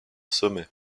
sommet